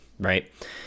right